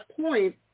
point